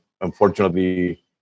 unfortunately